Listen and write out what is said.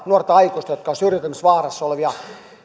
nuorta aikuista jotka ovat syrjäytymisvaarassa olevia